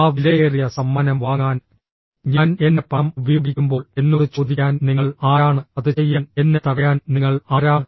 ആ വിലയേറിയ സമ്മാനം വാങ്ങാൻ ഞാൻ എന്റെ പണം ഉപയോഗിക്കുമ്പോൾ എന്നോട് ചോദിക്കാൻ നിങ്ങൾ ആരാണ് അത് ചെയ്യാൻ എന്നെ തടയാൻ നിങ്ങൾ ആരാണ്